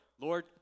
Lord